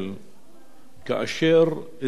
כאשר הזדקק נדמה לי,